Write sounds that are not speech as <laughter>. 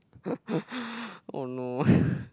<laughs> oh no <breath>